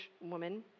woman